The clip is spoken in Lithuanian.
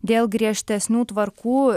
dėl griežtesnių tvarkų